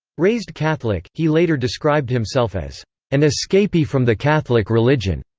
raised catholic, he later described himself as an escapee from the catholic religion.